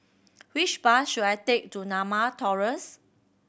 which bus should I take to Norma Terrace